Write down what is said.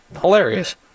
hilarious